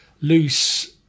loose